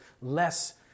less